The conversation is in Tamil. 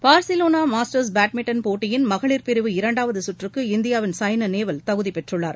பார்சிலோனா மாஸ்டர்ஸ் பேட்மின்டன் போட்டியின் மகளிர் பிரிவு இரண்டாவது சுற்றுக்கு இந்தியாவின் சாய்னா நேவால் தகுதி பெற்றுள்ளார்